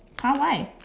!huh! why